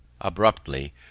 abruptly